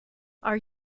are